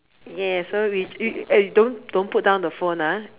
yeah so we ju~ eh don't don't put down the phone ah